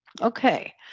Okay